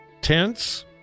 tents